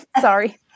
Sorry